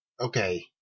Okay